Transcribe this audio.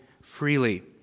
freely